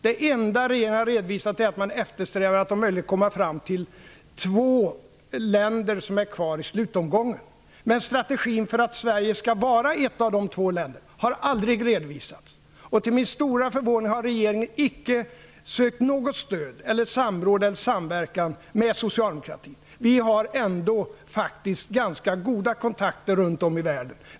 Det enda regeringen har redovisat är att man eftersträvar att Sverige om möjligt skall bli ett av de två länder som är kvar i slutomgången. Men strategin för att Sverige skall vara ett av de två länderna har aldrig redovisats. Till min stora förvåning har regeringen icke sökt något samråd eller någon samverkan med socialdemokratin. Vi har ändå ganska goda kontakter runt om i världen.